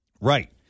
Right